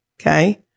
Okay